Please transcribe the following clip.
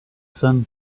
sun